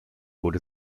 wurde